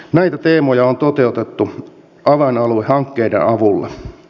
näitä teemoja on toteutettu avainaluehankkeiden avulla